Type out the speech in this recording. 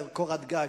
וקורת גג,